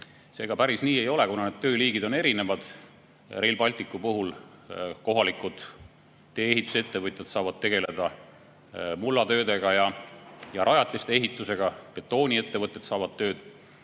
See päris nii ei ole, kuna need tööliigid on erinevad. Rail Balticu puhul saavad kohalikud tee-ehitusettevõtjad tegeleda mullatöödega ja rajatiste ehitusega. Betooniettevõtted saavad tööd,